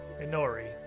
Inori